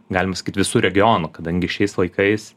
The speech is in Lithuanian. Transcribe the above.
galim sakyt visu regionu kadangi šiais laikais